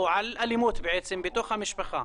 או בעצם על אלימות בתוך המשפחה.